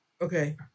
okay